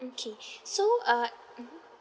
okay so uh mmhmm